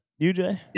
UJ